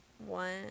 One